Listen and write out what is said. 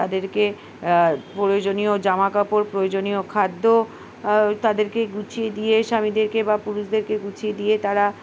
তাদেরকে প্রয়োজনীয় জামাাকাপড় প্রয়োজনীয় খাদ্য তাদেরকে গুছিয়ে দিয়ে স্বামীদেরকে বা পুরুষদেরকে গুছিয়ে দিয়ে তারা